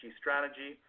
strategy